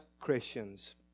Christians